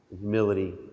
humility